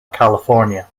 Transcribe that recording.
california